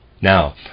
Now